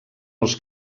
els